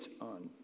on